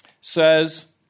says